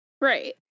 Right